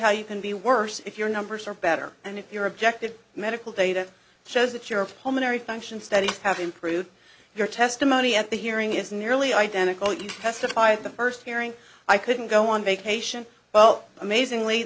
how you can be worse if your numbers are better and if your objective medical data shows that your opponent or a function studies have improved your testimony at the hearing is nearly identical you testify at the first hearing i couldn't go on vacation well amazingly